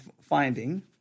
finding